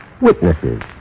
Witnesses